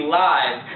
live